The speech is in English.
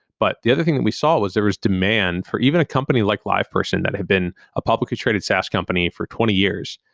but the other thing that we saw was there was demand for even a company like live person that had been a publicly traded saas company for twenty years.